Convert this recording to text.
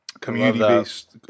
community-based